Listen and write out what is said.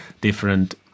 different